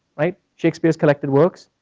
right? shakespeare's collected works?